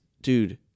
dude